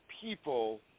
people